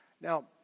Now